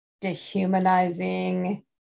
dehumanizing